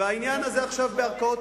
העניין הזה עכשיו בערכאות.